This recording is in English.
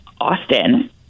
Austin